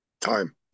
time